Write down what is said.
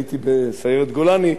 הייתי בסיירת גולני,